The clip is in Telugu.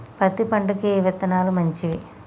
పత్తి పంటకి ఏ విత్తనాలు మంచివి?